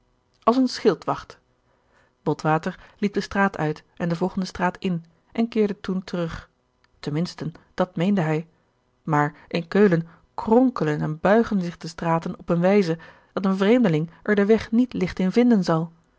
als een schildwacht botwater liep de straat uit en de volgende straat in en keerde toen terug tenminste dat meende hij maar in keulen kronkelen en buigen zich de straten op eene wijze dat een vreemdeling er den weg niet licht in vinden zal